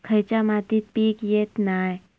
खयच्या मातीत पीक येत नाय?